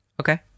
Okay